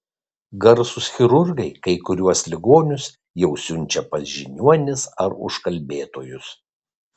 garsūs chirurgai kai kuriuos ligonius jau siunčia pas žiniuonis ar užkalbėtojus